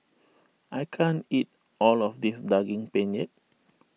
I can't eat all of this Daging Penyet